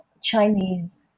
Chinese